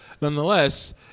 nonetheless